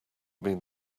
mean